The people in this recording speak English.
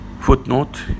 Footnote